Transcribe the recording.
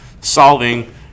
solving